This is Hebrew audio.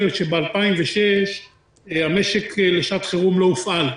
שב-2006 המשק לשעת חירום לא הופעל.